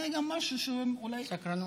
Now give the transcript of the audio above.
סקרנות.